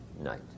night